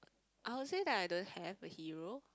I would say that I don't have a hero